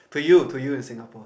to you to you in Singapore